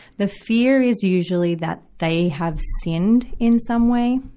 the fear is usually that they have sinned in some way,